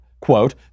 quote